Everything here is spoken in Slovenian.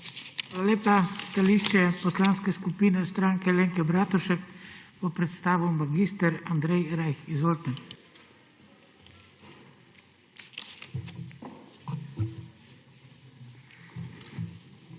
lepa. Stališče Poslanske skupine Stranke Alenke Bratušek bo predstavil mag. Andrej Rajh. Izvolite.